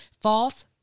false